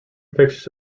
pictures